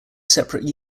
separate